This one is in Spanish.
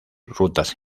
rutas